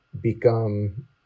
become